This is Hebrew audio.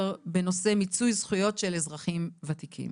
בנושא מיצוי זכויות של אזרחים ותיקים.